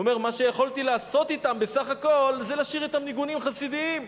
הוא אומר: מה שיכולתי לעשות אתם בסך הכול זה לשיר ניגונים חסידיים.